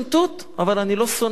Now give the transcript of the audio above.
אבל אני לא שונא חרדים.